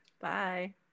Bye